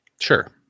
Sure